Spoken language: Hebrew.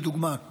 לדוגמה,